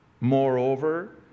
Moreover